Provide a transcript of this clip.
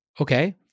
Okay